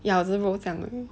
ya 我只是 roll 这样子